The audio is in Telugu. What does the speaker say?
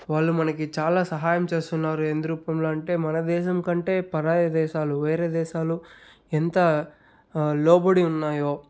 వాళ్ళు మనకి చాలా సహాయం చేస్తున్నారు ఎందు రూపంలో అంటే మన దేశం కంటే పరాయి దేశాలు వేరే దేశాలు ఎంత లోబడి ఉన్నాయో